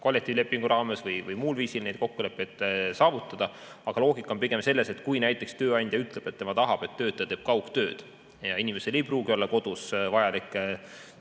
kollektiivlepingu raames või muul viisil neid kokkuleppeid saavutada. Loogika on pigem selles, et kui näiteks tööandja ütleb, et tema tahab, et töötaja teeb kaugtööd, aga inimesel ei pruugi olla kodus vajalikke